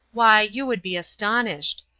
why, you would be astonished.